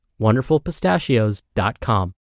WonderfulPistachios.com